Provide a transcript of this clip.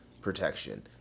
protection